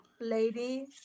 lady